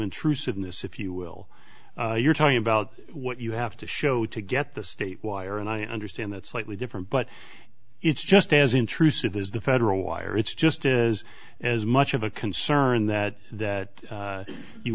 intrusive in this if you will you're talking about what you have to show to get the state wire and i understand that's slightly different but it's just as intrusive as the federal wire it's just is as much of a concern that that